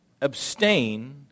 Abstain